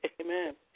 Amen